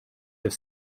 have